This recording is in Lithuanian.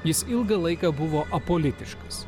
jis ilgą laiką buvo apolitiškas